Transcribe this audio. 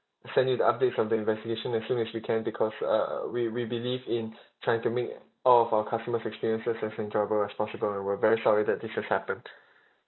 send you the updates on the investigation as soon as we can because uh uh we we believe in trying to make all of our customers' experiences as enjoyable as possible and we're very sorry that this has happened